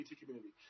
community